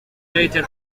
later